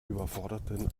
überforderten